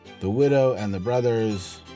Thewidowandthebrothers